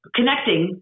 Connecting